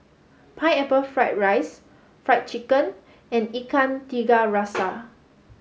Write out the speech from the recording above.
Pineapple Fried Rice Fried Chicken and Ikan Tiga Rasa